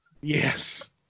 yes